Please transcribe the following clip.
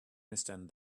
understand